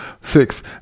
Six